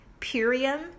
Purium